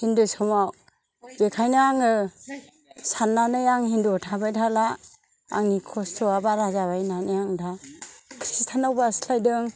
हिन्दु समाव बिखायनो आङो सान्नानै आं हिन्दुयाव थाबाय थाला आंनि खस्थ'या बारा जाबाय होन्नानै आं दा कृस्टानाव बारस्लायदों